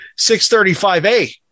635A